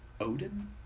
Odin